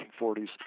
1940s